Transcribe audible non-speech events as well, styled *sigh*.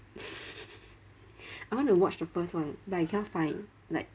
*laughs* I want to watch the first one but I cannot find like like